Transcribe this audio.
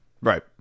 Right